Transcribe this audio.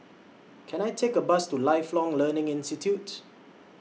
Can I Take A Bus to Lifelong Learning Institute